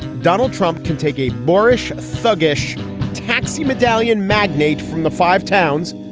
donald trump can take a boorish, thuggish taxi medallion magnate from the five towns.